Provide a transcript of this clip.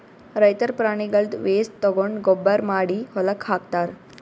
ರೈತರ್ ಪ್ರಾಣಿಗಳ್ದ್ ವೇಸ್ಟ್ ತಗೊಂಡ್ ಗೊಬ್ಬರ್ ಮಾಡಿ ಹೊಲಕ್ಕ್ ಹಾಕ್ತಾರ್